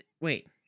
wait